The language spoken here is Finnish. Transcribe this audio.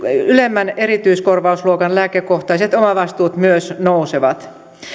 ylemmän erityiskorvausluokan lääkekohtaiset omavastuut myös nousevat